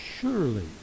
surely